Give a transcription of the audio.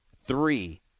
three